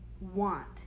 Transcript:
want